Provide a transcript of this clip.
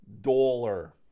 dollar